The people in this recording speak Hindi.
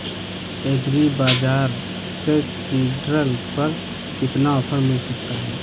एग्री बाजार से सीडड्रिल पर कितना ऑफर मिल सकता है?